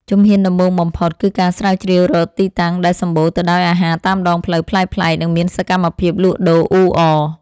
ជំហានដំបូងបំផុត គឺការស្រាវជ្រាវរកទីតាំងដែលសម្បូរទៅដោយអាហារតាមដងផ្លូវប្លែកៗ និងមានសកម្មភាពលក់ដូរអ៊ូអរ។